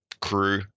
crew